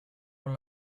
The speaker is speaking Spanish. con